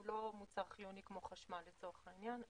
הוא לא מוצר חיוני כמו חשמל לצורך העניין,